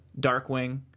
Darkwing